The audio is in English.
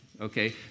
okay